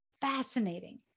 fascinating